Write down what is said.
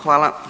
Hvala.